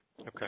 Okay